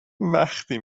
وقتی